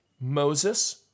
Moses